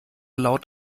laut